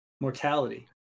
mortality